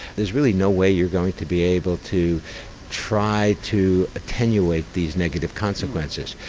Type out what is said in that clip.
there's really no way you're going to be able to try to attenuate these negative consequences.